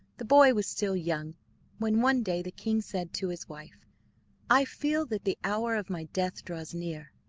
the boy was still young when, one day, the king said to his wife i feel that the hour of my death draws near,